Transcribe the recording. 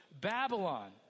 Babylon